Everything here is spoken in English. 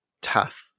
tough